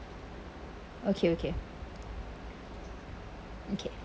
okay okay okay